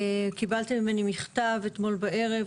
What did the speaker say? קיבלתם ממני מכתב אתמול בערב,